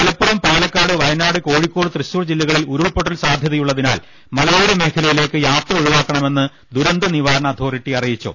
Malappuram Palakkad Wayanad Kozhikode Thrissur ജില്ലകളിൽ ഉരുൾപൊ ട്ടൽ സാധ്യതയുള്ളതിനാൽ മലയോര മേഖലയിലേക്ക് യാത്ര ഒഴി വാക്കണമെന്ന് ദുരന്ത നിവാരണ അതോറിറ്റി അറിയിച്ചു